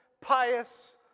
pious